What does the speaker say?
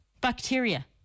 Bacteria